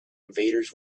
invaders